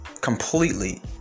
completely